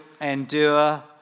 endure